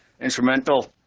instrumental